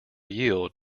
yield